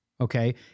Okay